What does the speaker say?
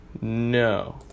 No